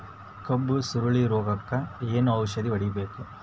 ಕಬ್ಬು ಸುರಳೀರೋಗಕ ಏನು ಔಷಧಿ ಹೋಡಿಬೇಕು?